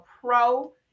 Pro